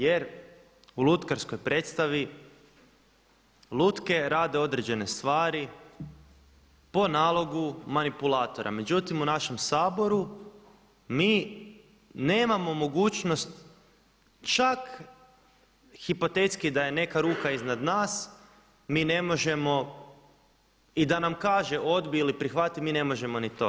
Jer u lutkarskoj predstavi lutke rade određene stvari po nalogu manipulatora, međutim u našem Saboru mi nemamo mogućnost čak hipotetski da je neka ruka iznad nas mi ne možemo i da nam kaže odbij ili prihvati mi ne možemo ni to.